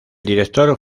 director